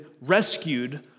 rescued